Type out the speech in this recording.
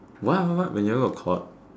what what what when you all got caught